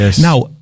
Now